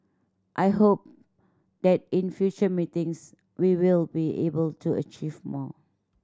I hope that in future meetings we will be able to achieve more